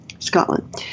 Scotland